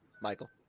michael